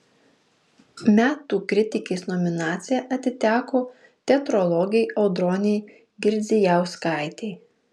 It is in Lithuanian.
metų kritikės nominacija atiteko teatrologei audronei girdzijauskaitei